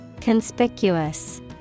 Conspicuous